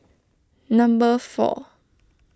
number four